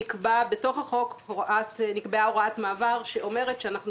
נקבעה בתוך החוק הוראת מעבר שאומרת שאנחנו